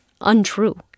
untrue